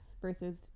versus